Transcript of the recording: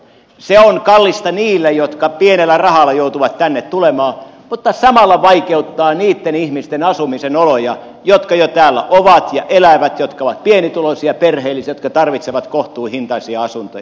se on kallista niille jotka pienellä rahalla joutuvat tänne tulemaan mutta samalla vaikeuttaa niitten ihmisten asumisen oloja jotka jo täällä ovat ja elävät jotka ovat pienituloisia perheellisiä jotka tarvitsevat kohtuuhintaisia asuntoja